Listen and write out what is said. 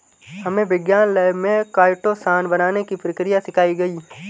हमे विज्ञान लैब में काइटोसान बनाने की प्रक्रिया सिखाई गई